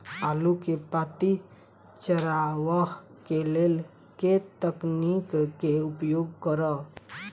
आलु केँ पांति चरावह केँ लेल केँ तकनीक केँ उपयोग करऽ?